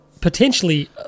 potentially